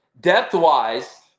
depth-wise –